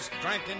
Drinking